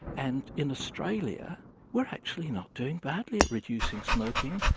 and in australia we are actually not doing badly at reducing smoking,